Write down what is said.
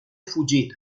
fugir